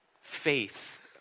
faith